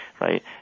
right